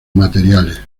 materiales